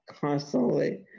constantly